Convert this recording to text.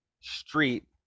street